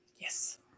Yes